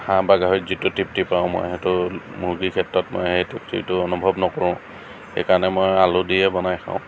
হাঁহ বা গাহৰিত যিটো তৃপ্তি পাওঁ মই সেইটো মুৰ্গীৰ ক্ষেত্ৰত মই তৃপ্তিটো অনুভৱ নকৰোঁ সেইকাৰণে মই আলু দিয়েই বনাই খাওঁ